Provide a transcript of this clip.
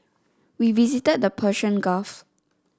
we visited the Persian Gulf